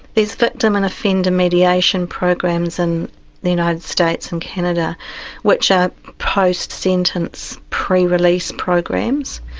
there's victim and offender mediation programs in the united states and canada which are post-sentence, pre-release programs.